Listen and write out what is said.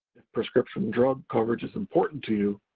prescription drug coverage is important to you,